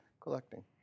Collecting